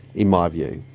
in my view.